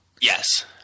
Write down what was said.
Yes